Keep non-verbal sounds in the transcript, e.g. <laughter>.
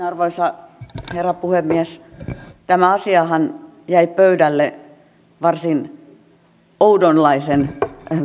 <unintelligible> arvoisa herra puhemies tämä asiahan jäi pöydälle varsin oudonlaisen